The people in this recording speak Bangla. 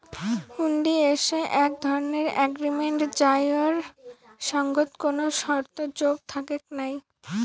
হুন্ডি হসে এক ধরণের এগ্রিমেন্ট যাইর সঙ্গত কোনো শর্ত যোগ থাকেক নাই